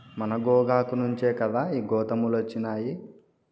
మన గోగాకు నుంచే కదా ఈ గోతాములొచ్చినాయి